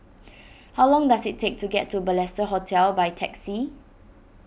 how long does it take to get to Balestier Hotel by taxi